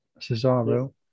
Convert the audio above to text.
Cesaro